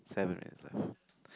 seven minutes left